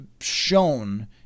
shown